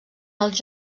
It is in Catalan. els